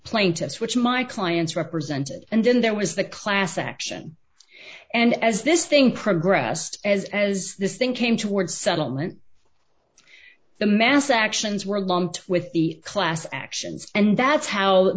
plaintiffs which my clients represented and then there was the class action and as this thing progressed as as this thing came towards settlement the mass actions were along with the class actions and that's how